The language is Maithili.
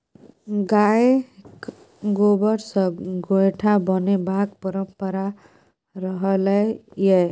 गायक गोबर सँ गोयठा बनेबाक परंपरा रहलै यै